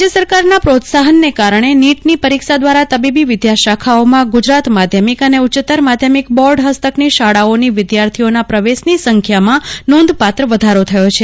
રાજ્ય સરકારના પ્રોત્સાહનને કારક્ષે નીટની પરીક્ષા દ્વારા તબીબી વિદ્યા શાખાઓમાં ગુજરાત માધ્યમિક અને ઉચ્ચત્તર માધ્યમિક બોર્ડ હસ્તકની શાળાઓની વિદ્યાર્થીઓના પ્રવેશ્રાની સંખ્યામાં નોંધપાત્ર વધારો થયો છે